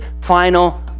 final